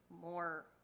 more